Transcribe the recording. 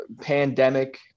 pandemic